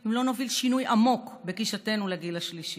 אם לא נוביל שינוי עמוק בגישתנו לגיל השלישי,